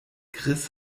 chris